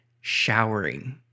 showering